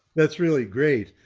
that's really great.